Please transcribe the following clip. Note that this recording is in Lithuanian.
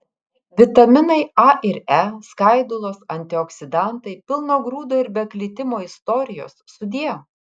vitaminai a ir e skaidulos antioksidantai pilno grūdo ir be glitimo istorijos sudie